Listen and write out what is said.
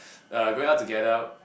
uh going out together